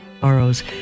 sorrows